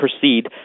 proceed